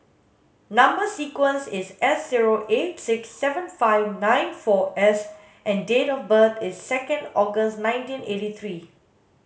number sequence is S zero eight six seven five nine four S and date of birth is second August nineteen eighty three